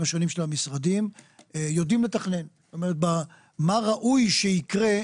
יודעים לתכנן מה ראוי שיקרה.